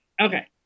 Okay